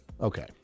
Okay